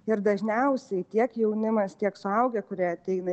ir dažniausiai tiek jaunimas tiek suaugę kurie ateina